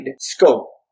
scope